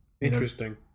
Interesting